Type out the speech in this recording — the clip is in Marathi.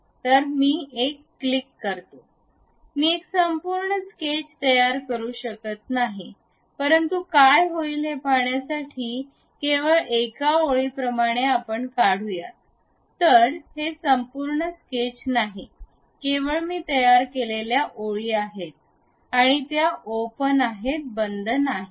तर मी एक क्लिक करते मी एक संपूर्ण स्केच तयार करू शकत नाही परंतु काय होईल हे पाहण्यासाठी केवळ एका ओळीप्रमाणे आपण काढूयात तर हे संपूर्ण स्केच नाही केवळ मी तयार केलेल्या ओळी आहेत आणि त्या ओपन आहेत बंद नाहीत